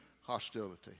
hostility